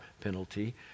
penalty